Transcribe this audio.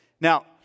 Now